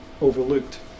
overlooked